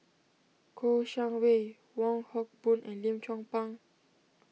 Kouo Shang Wei Wong Hock Boon and Lim Chong Pang